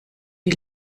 die